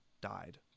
died